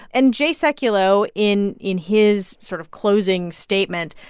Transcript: and jay sekulow, in in his sort of closing statement,